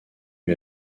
lui